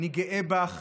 אני גאה בך